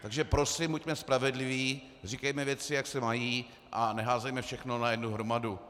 Takže prosím, buďme spravedliví, říkejme věci, jak se mají, a neházejme všechno na jednu hromadu.